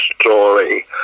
story